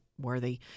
worthy